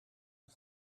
een